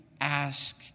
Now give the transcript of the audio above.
ask